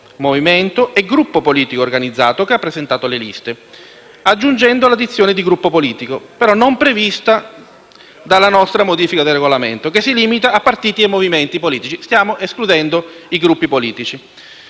movimento e gruppo politico organizzato che ha presentato le liste», aggiungendo anche la dizione di gruppo politico, non prevista dalla nostra modifica del Regolamento che si limita a partiti e movimenti politici. Stiamo escludendo quindi i Gruppi politici.